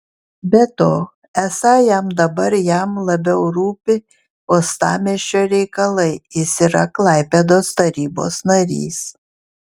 be to esą jam dabar jam labiau rūpi uostamiesčio reikalai jis yra klaipėdos tarybos narys